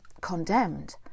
condemned